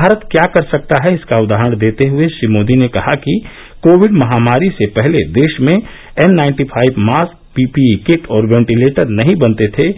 भारत क्या कर सकता है इसका उदाहरण देते हए श्री मोदी ने कहा कि कोविड महामारी से पहले देश में N ninety five mask PPE kit और वेंटीलेटर नहीं बनते थे